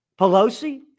Pelosi